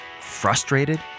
frustrated